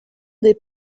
des